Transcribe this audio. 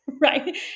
Right